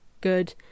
good